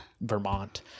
Vermont